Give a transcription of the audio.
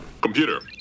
Computer